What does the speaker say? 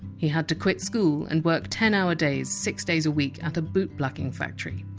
had to quit school and work ten hour days, six days a week at a boot-blacking factory.